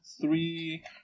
three